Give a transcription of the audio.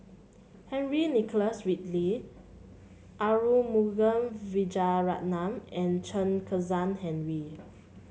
Henry Nicholas Ridley Arumugam Vijiaratnam and Chen Kezhan Henri